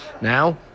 now